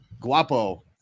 Guapo